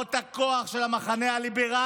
ולהראות את הכוח של המחנה הליברלי,